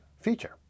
feature